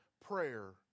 Prayer